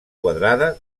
quadrada